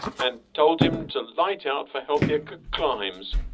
an' told him to light out for healthier c-climes,